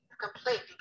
Completely